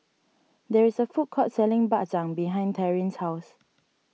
there is a food court selling Bak Chang behind Taryn's house